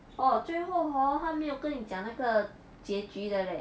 orh 最后 hor 它没有跟你讲那个结局的 leh